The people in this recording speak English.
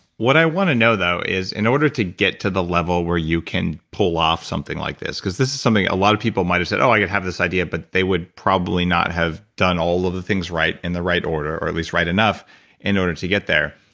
what i want to know though is, in order to get to the level where you can pull off something like this, because this is something a lot of people might've said, oh, i have this idea, but they would probably not have done all of the things right in the right order, or at least right enough in order to get there.